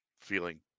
feeling